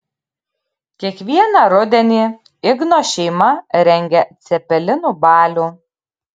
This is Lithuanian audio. kiekvieną rudenį igno šeima rengia cepelinų balių